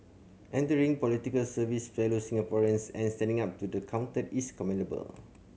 entering politics serving fellow Singaporeans and standing up to the counted is commendable